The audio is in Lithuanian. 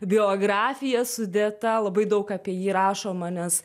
biografija sudėta labai daug apie jį rašoma nes